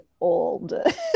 old